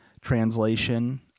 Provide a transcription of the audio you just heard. translation